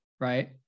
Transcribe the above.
right